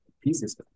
pieces